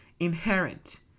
Inherent